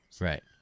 Right